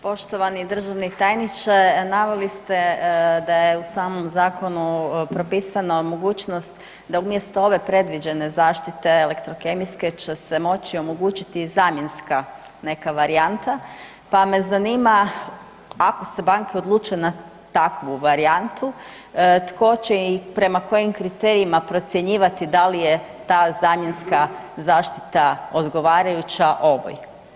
Poštovani državni tajniče naveli ste da je u samom zakonu propisana mogućnost da umjesto ove predviđene zaštite elektrokemijske će se moći omogućiti zamjenska neka varijanta, pa me zanima ako se banke odluče na takvu varijantu tko će i prema kojim kriterijima procjenjivati da li je ta zamjenska zaštita odgovarajuća ovoj.